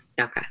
Okay